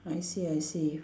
I see I see